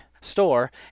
store